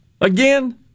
Again